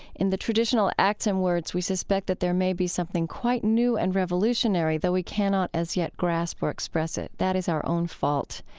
in the traditional acts and words, we suspect that there may be something quite new and revolutionary, though we cannot as yet grasp or express it. that is our own fault.